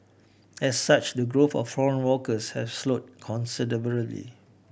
as such the growth of the foreign workforce has slowed considerably